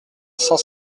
cent